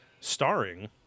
starring